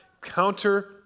counter